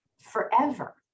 forever